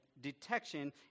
detection